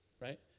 right